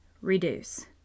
reduce